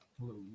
Hello